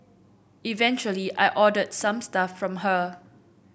eventually I ordered some stuff from her